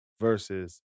versus